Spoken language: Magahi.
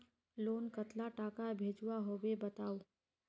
लोन कतला टाका भेजुआ होबे बताउ?